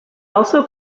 also